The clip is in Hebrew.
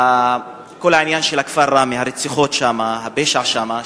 לכל העניין של כפר ראמה, הרציחות שם, הפשע שם.